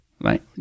Right